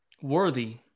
worthy